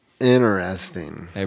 Interesting